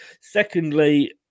secondly